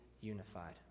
unified